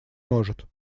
может